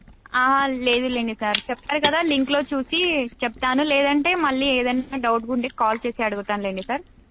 లేదు లేండి సార్ చెప్పాను కదా లింక్లో చూసి చెప్తాను లేదంటే మళ్ళీ ఏదన్నా డౌట్ ఉంటే కాల్ చేసి అడుగుతాను లేండి సార్